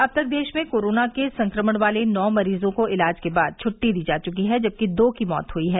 अब तक देश में कोरोना के संक्रमण वाले नौ मरीजों को इलाज के बाद छ्टी दी जा चुकी है जबकि दो की मौत हुई है